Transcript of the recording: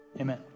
Amen